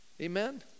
Amen